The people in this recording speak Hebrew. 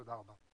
תודה רבה.